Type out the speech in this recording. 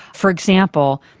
for example,